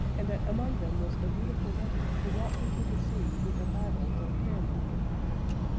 and that among them was a beautiful woman who walked into the sea with a bible or prayer-book in her hand.